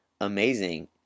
amazing